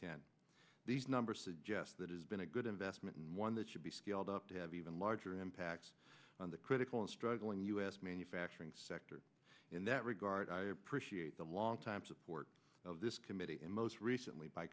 ten these numbers suggest that has been a good investment and one that should be scaled up to have even larger impact on the critical and struggling u s manufacturing sector in that regard i appreciate the longtime support of this committee and most recently b